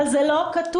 אבל זה לא כתוב.